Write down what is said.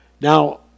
Now